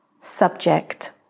subject